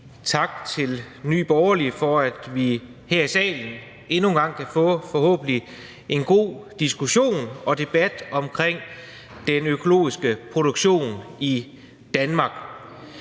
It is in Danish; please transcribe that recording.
tak til Nye Borgerlige for, at vi her i salen forhåbentlig endnu en gang kan få en god diskussion og debat omkring den økologiske produktion i Danmark.